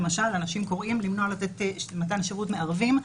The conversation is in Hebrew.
למשל: אנשים קוראים למנוע מתן שירותים לערבים.